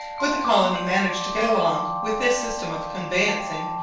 but the colony managed to get along with this system of conveyancing,